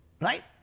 Right